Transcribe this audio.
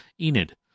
Enid